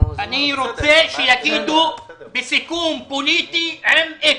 אני רוצה שיגידו: בסיכום פוליטי עם איקס.